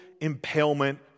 impalement